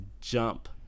jump